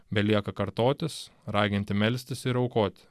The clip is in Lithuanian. belieka kartotis raginti melstis ir aukot